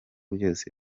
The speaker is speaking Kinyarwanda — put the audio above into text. byose